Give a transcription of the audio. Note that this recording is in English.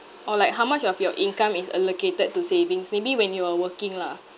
or like how much of your income is allocated to savings maybe when you were working lah